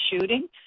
shooting